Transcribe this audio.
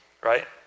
Right